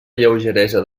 lleugeresa